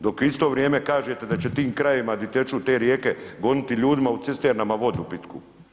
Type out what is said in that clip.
Dok u isto vrijeme kažete da će tim krajevima di teku te rijeke goniti ljudima u cisternama vodu pitku.